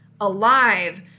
alive